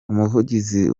umuvugizi